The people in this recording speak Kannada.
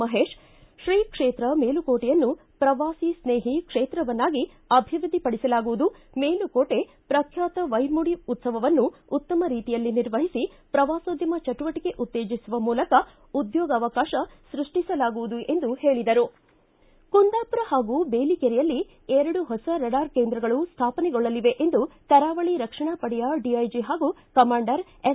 ಮಹೇಶ್ ತ್ರೀ ಕ್ಷೇತ್ರ ಮೇಲುಕೋಟೆಯನ್ನು ಪ್ರವಾಸಿ ಸ್ನೇಹಿ ಕ್ಷೇತ್ರವನ್ನಾಗಿ ಅಭಿವೃದ್ಧಿ ಪಡಿಸಲಾಗುವುದು ಮೇಲುಕೋಟೆ ಪ್ರಖ್ಯಾತ ವೈರಮುಡಿ ಉತ್ಸವವನ್ನು ಉತ್ತಮ ರೀತಿಯಲ್ಲಿ ನಿರ್ವಹಿಸಿ ಶ್ರವಾಸೋದ್ಯಮ ಚಟುವಟಕೆ ಉತ್ತೇಜಿಸುವ ಮೂಲಕ ಉದ್ಯೋಗಾವಕಾಶ ಸೃಷ್ಟಿಸಲಾಗುವುದು ಎಂದು ಹೇಳಿದರು ಕುಂದಾಪುರ ಹಾಗೂ ಬೇಲೆಕೇರಿಯಲ್ಲಿ ಎರಡು ಹೊಸ ರಡಾರ್ ಕೇಂದ್ರಗಳು ಸ್ವಾಪನೆಗೊಳ್ಳಲಿವೆ ಎಂದು ಕರಾವಳ ರಕ್ಷಣಾ ಪಡೆಯ ಡಿಐಜಿ ಹಾಗೂ ಕಮಾಂಡರ್ ಎಸ್